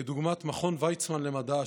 כדוגמת מכון ויצמן למדע,